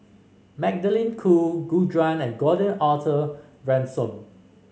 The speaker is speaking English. Magdalene Khoo Gu Juan and Gordon Arthur Ransome